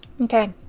Okay